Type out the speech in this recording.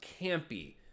campy